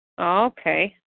Okay